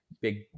big